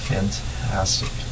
Fantastic